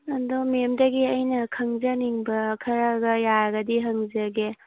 ꯑꯗꯣ ꯃꯦꯝꯗꯒꯤ ꯑꯩꯅ ꯈꯪꯖꯅꯤꯡꯕ ꯈꯔꯒ ꯌꯥꯔꯗꯤ ꯍꯪꯖꯒꯦ